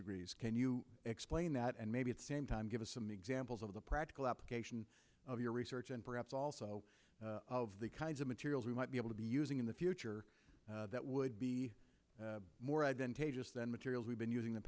degrees can you explain that and maybe the same time give us some examples of the practical application of your research and perhaps also of the kinds of materials we might be able to be using in the future that would be more advantageous than materials we've been using the